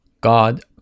God